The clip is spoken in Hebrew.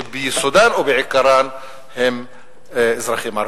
שביסודן ובעיקרן הן אזרחים ערבים.